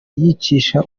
yicisha